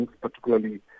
particularly